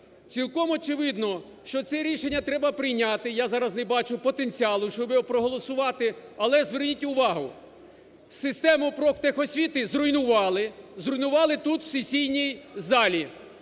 Цілком очевидно, що це рішення треба прийняти. Я зараз не бачу потенціалу, щоб його проголосувати. Але зверніть увагу, систему профтехосвіти зруйнували, зруйнували тут в сесійній залі.